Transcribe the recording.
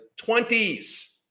20s